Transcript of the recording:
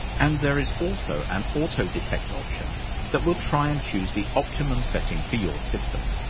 and there is also an auto detect option that will try and choose the optimum setting for your system.